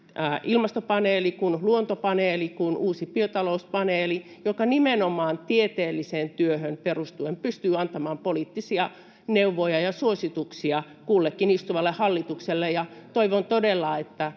Ilmastopaneeli ja Luontopaneeli kuin uusi Biotalouspaneeli, jotka nimenomaan tieteelliseen työhön perustuen pystyvät antamaan poliittisia neuvoja ja suosituksia kullekin istuvalle hallitukselle. Toivon todella, että